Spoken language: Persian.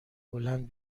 هلند